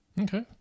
Okay